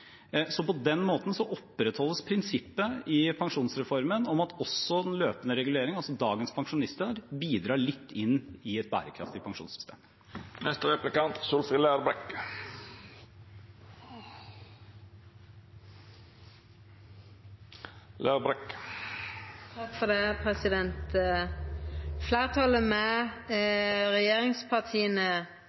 Så på den måten opprettholdes prinsippet i pensjonsreformen om at også den løpende regulering, altså dagens pensjonister, bidrar litt inn i et bærekraftig pensjonssystem.